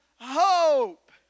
hope